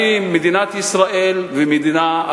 מדינת ישראל שמה למטרה לנצל את מי השפכים,